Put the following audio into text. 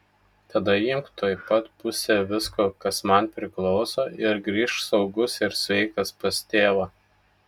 tada imk tuoj pat pusę visko kas man priklauso ir grįžk saugus ir sveikas pas tėvą